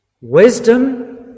Wisdom